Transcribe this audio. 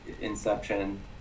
inception